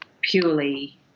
purely